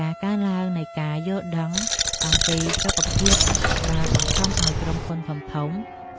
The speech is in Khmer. ការកើនឡើងនៃការយល់ដឹងអំពីសុខភាពបានបង្ខំឲ្យក្រុមហ៊ុនធំៗ